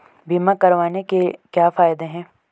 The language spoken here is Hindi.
बीमा करवाने के क्या फायदे हैं?